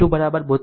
v2 72